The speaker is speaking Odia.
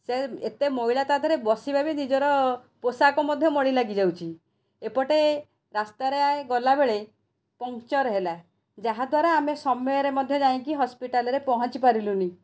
ସେ ଏତେ ମଇଳା ତା ଦେହରେ ବସିବା ନିଜର ପୋଷାକ ମଧ୍ୟ ମଳି ଲାଗିଯାଉଛି ଏପଟେ ରାସ୍ତାରେ ଗଲାବେଳେ ପଙ୍କଚର ହେଲା ଯାହା ଦ୍ଵାରା ଆମେ ସମୟରେ ମଧ୍ୟ ଯାଇକି ହସ୍ପିଟାଲରେ ପହଞ୍ଚି ପାରିଲୁନି